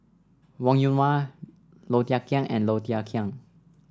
Wong Yoon Wah Low Thia Khiang and Low Thia Khiang